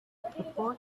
before